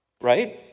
Right